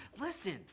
Listen